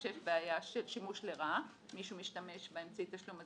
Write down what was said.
כשיש בעיה של שימוש לרעה מישהו משתמש באמצעי תשלום,